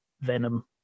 Venom